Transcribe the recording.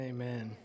Amen